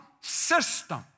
system